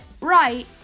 right